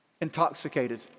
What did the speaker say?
intoxicated